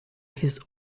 his